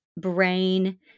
brain